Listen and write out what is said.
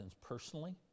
personally